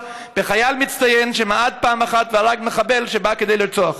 בחייל מצטיין שמעד פעם אחת והרג מחבל שבא כדי לרצוח.